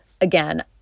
again